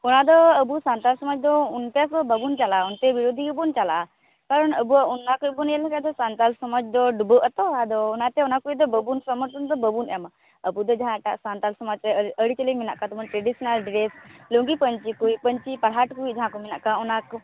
ᱚᱱᱟᱫᱚ ᱟᱵᱚ ᱥᱟᱱᱛᱟᱲ ᱥᱚᱢᱟᱡᱽ ᱫᱚ ᱚᱱᱛᱮ ᱠᱚ ᱵᱟᱵᱚᱱ ᱪᱟᱞᱟᱜᱼᱟ ᱚᱱᱛᱮ ᱵᱤᱨᱚᱫᱷᱤ ᱜᱮᱵᱚᱱ ᱪᱟᱞᱟᱜᱼᱟ ᱠᱟᱨᱚᱱ ᱟ ᱵᱩᱣᱟᱜ ᱚᱱᱟ ᱠᱚᱜᱮᱵᱚ ᱧᱮᱞ ᱟᱠᱟᱫᱟ ᱥᱟᱱᱛᱟᱲ ᱥᱚᱢᱟᱡᱽ ᱫᱚ ᱰᱩᱵᱟ ᱣ ᱟᱛᱚ ᱟᱫᱚ ᱚᱱᱟᱛᱮ ᱚᱱᱟ ᱠᱚᱨᱮ ᱫᱚ ᱵᱟ ᱵᱩᱱ ᱥᱚᱢᱚᱨᱛᱷᱚᱱ ᱫᱚ ᱵᱟ ᱵᱩᱱ ᱮᱢᱟ ᱟ ᱵᱩᱫᱚ ᱡᱟᱦᱟᱸ ᱴᱟᱜ ᱥᱟᱱᱛᱟᱲ ᱥᱚᱢᱟᱡᱽ ᱨᱮ ᱟ ᱨᱤ ᱟ ᱨᱤᱪᱟ ᱞᱤ ᱢᱮᱱᱟᱜ ᱟᱠᱟᱜᱼᱟ ᱛᱟᱵᱚᱱ ᱴᱨᱮᱰᱤᱥᱚᱱᱟᱞ ᱰᱨᱮᱥ ᱞᱩᱸᱜᱤ ᱯᱟ ᱧᱪᱷᱤ ᱠᱩᱭᱤᱡ ᱯᱟ ᱧᱪᱷᱤ ᱯᱟᱬᱦᱟᱴ ᱠᱚᱭᱤᱡ ᱡᱟᱦᱟᱸ ᱠᱚ ᱢᱮᱱᱟᱜ ᱟᱠᱟᱫ ᱚᱱᱟᱠᱚ